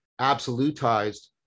absolutized